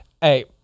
hey